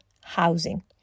housing